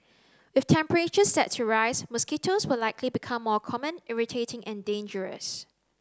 with temperatures set to rise mosquitoes will likely become more common irritating and dangerous